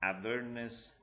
awareness